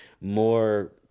more